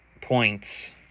points